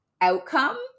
outcome